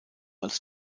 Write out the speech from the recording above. als